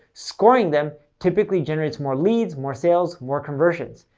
scoring them typically generates more leads, more sales, more conversions.